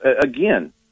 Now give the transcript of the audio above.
again